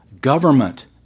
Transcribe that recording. Government